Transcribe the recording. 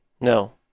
No